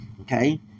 okay